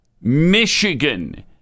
Michigan